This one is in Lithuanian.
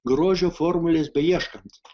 grožio formulės beieškant